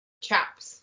chaps